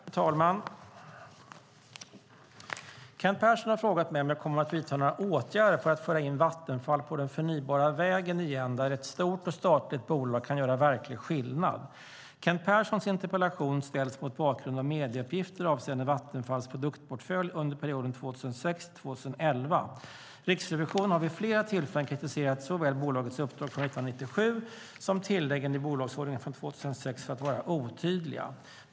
Fru talman! Kent Persson har frågat mig om jag kommer att vidta några åtgärder för att föra in Vattenfall på den förnybara vägen igen där ett stort och statligt bolag kan göra verklig skillnad. Kent Perssons interpellation ställs mot bakgrund av medieuppgifter avseende Vattenfalls produktionsportfölj under perioden 2006 till 2011. Riksrevisionen har vid flera tillfällen kritiserat såväl bolagets uppdrag från 1997 som tilläggen i bolagsordningen från 2006 för att vara otydliga.